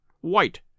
White